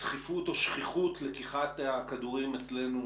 לדחיפות או שכיחות לקיחת הכדורים אצלנו